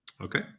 Okay